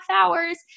hours